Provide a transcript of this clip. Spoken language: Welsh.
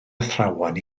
athrawon